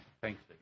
Thanks